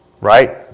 Right